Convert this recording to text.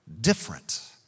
different